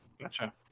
Gotcha